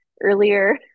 earlier